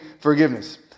forgiveness